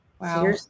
Wow